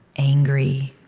angry,